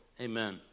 Amen